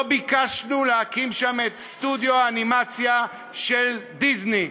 לא ביקשנו להקים שם את סטודיו האנימציה של "דיסני",